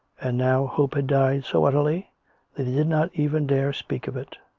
and now hope had died so utterly that he did not even dare speak of it.